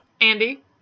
Andy